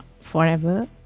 Forever